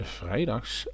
vrijdags